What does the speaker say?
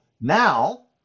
Now